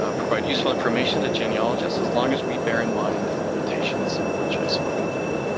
ah provide useful information to genealogists, as long as we bear in mind the limitations, some of which i spoke about.